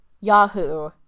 Yahoo